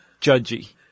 judgy